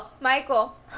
Michael